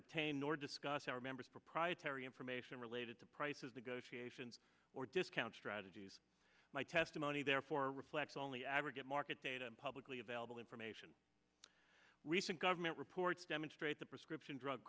obtain nor discuss our members proprietary information related to prices the goshi ations or discount strategies my testimony therefore reflects only aggregate market data and publicly available information recent government reports demonstrate the prescription drug